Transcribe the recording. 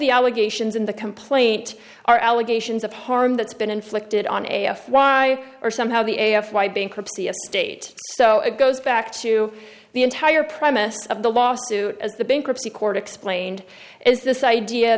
the allegations in the complaint are allegations of harm that's been inflicted on a fly or somehow the a f y bankruptcy of state so it goes back to the entire premise of the lawsuit as the bankruptcy court explained is this idea